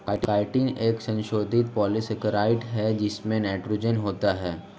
chitin एक संशोधित polysaccharide है जिसमें नाइट्रोजन होता है